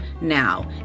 now